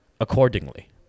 accordingly